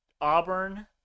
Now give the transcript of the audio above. Auburn-